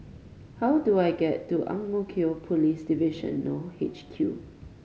how do I get to Ang Mo Kio Police Divisional H Q